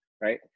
Right